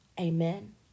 Amen